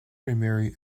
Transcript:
remarry